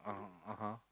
(uh huh) (uh huh)